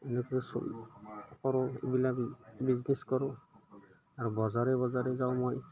এনেকৈ চলোঁ কৰোঁ এইবিলাক বিজনেছ কৰোঁ আৰু বজাৰে বজাৰে যাওঁ মই